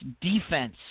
defense